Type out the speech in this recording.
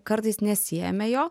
kartais nesiejame jo